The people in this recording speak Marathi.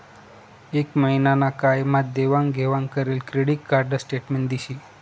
एक महिना ना काय मा देवाण घेवाण करेल क्रेडिट कार्ड न स्टेटमेंट दिशी